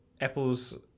Apple's